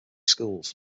schools